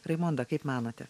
raimonda kaip manote